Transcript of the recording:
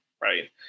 right